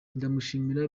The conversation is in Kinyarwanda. ndamushimira